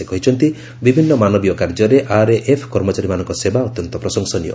ସେ କହିଛନ୍ତି ବିଭିନ୍ନ ମାନବୀୟ କାର୍ଯ୍ୟରେ ଆର୍ଏଏଫ୍ କର୍ମଚାରୀମାନଙ୍କ ସେବା ଅତ୍ୟନ୍ତ ପ୍ରଶଂସନୀୟ